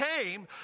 came